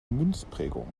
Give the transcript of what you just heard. münzprägung